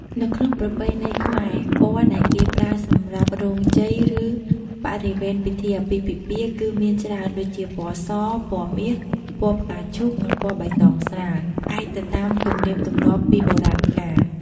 នៅក្នុងប្រពៃណីខ្មែរ ពណ៌ដែលគេប្រើសម្រាប់រោងជ័យ ឬបរិវេណពិធីអាពាហ៍ពិពាហ៍ គឺមានច្រើនដូចជា ពណ៌ស, ពណ៌មាស, ពណ៌ផ្កាឈូក, និង ពណ៌បៃតងស្រាល ផ្នែកទៅតាមទំនៀមទម្លាប់ពីបុរាណកាល។